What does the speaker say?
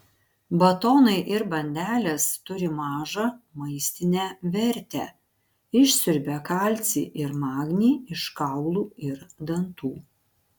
batonai ir bandelės turi mažą maistinę vertę išsiurbia kalcį ir magnį iš kaulų ir dantų